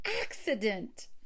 accident